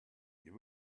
you